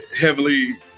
heavily